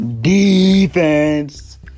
defense